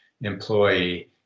employee